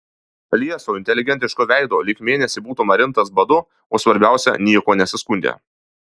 lieso inteligentiško veido lyg mėnesį būtų marintas badu o svarbiausia niekuo nesiskundė